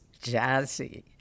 jazzy